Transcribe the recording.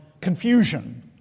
confusion